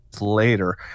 later